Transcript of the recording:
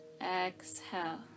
Exhale